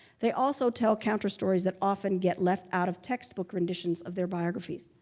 they also tell counterstories that often get left out of textbook renditions of their biographies.